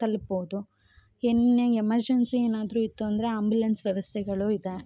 ತಲ್ಪೌದು ಏನೆ ಎಮರ್ಜೆನ್ಸಿ ಏನಾದರು ಇತ್ತು ಅಂದರೆ ಆಂಬುಲೆನ್ಸ್ ವ್ಯವಸ್ಥೆಗಳು ಇದೆ